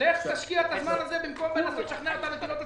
לך תשקיע את הזמן הזה במקום לנסות לשכנע אותנו כי לא